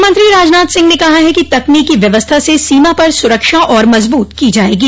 गृहमंत्री राजनाथ सिंह ने कहा है कि तकनीकी व्यवस्था से सीमा पर सुरक्षा और मजबूत की जाएगी